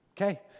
Okay